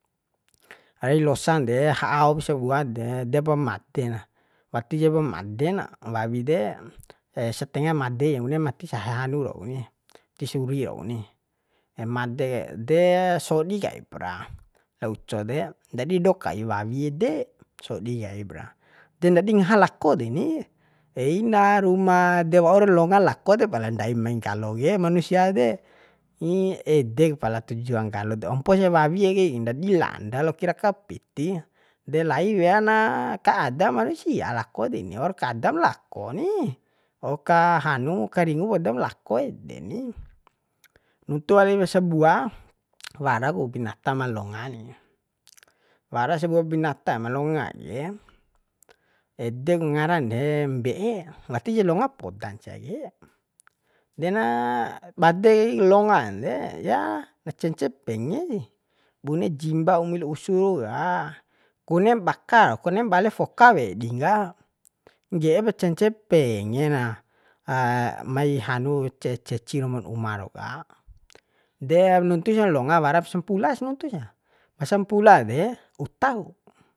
Rai losan de ha'a aom bu sabua de depa madde na wati japo made na wawi de setenga made bune mati sa hanu rau ni mati suri rau ni made kai de sodi kaipra la uco de dadi dokai wawi ede sodi kaipra de ndadi ngaha lakko deni eina rumaa de waur longa lako de pala ndaim ma nggalo ke manusia de edek pala tujuan nggalo do omposa wawi ake ke ndadi landa lokir raka piti de lai wea na ka adam manusia lako deni waura ka adam lako ni wau ka hanu ka ringu podam lako ede ni nuntu walip sabua wara ku binatam ma longa ni wara sabua binata ma longa ye ede ngaran re mbe'e wati ja longa podan siee dena bade kai longan de ya na cence penge sih bune jimba umil usu raua kunem baka konem bale fokawe edin ka nge'e pa cence pengena mai hanu ce ceci romon uma rau ka de nuntusa longa warak sampulas nuntusa sampula de uta ku